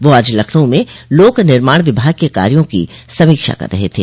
वह आज लखनऊ में लोक निर्माण विभाग के कार्यो की समीक्षा कर रहे थे